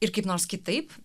ir kaip nors kitaip